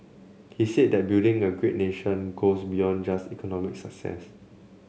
he said that building a great nation goes beyond just economic success